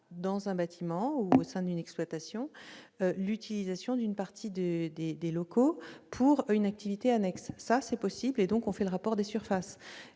dans un bâtiment ou au sein d'une exploitation, l'utilisation d'une partie des locaux pour une activité annexe ; dans ce cas, on fait le rapport des surfaces.